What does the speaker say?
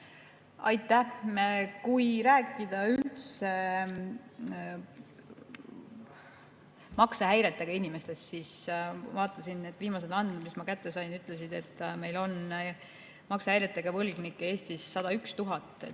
Aitäh! Kui rääkida üldse maksehäiretega inimestest, siis vaatasin, et viimased andmed, mis ma kätte sain, ütlesid, et meil on maksehäiretega võlgnikke Eestis 101 000.